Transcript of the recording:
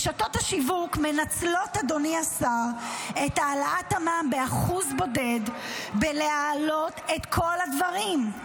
רשתות השיווק מנצלות את העלאת המע"מ ב-1% בודד כדי להעלות את כל הדברים,